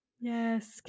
yes